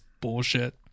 bullshit